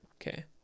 Okay